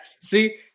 See